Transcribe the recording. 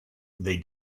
they